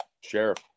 sheriff